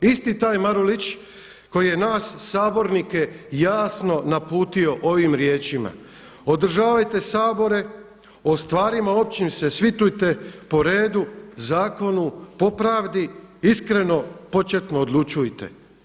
Isti taj Marulić koji je nas sabornike jasno naputio ovim riječima, „Održavajte sabore, o stvarima općim se svitujte po redu, zakonu, po pravdi, iskreno, početno odlučujte.